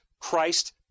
Christ